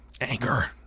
anger